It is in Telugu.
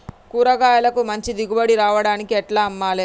కూరగాయలకు మంచి దిగుబడి రావడానికి ఎట్ల అమ్మాలే?